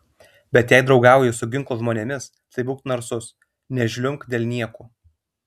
bet jei draugauji su ginklo žmonėmis tai būk narsus nežliumbk dėl niekų